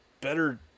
better